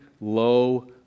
low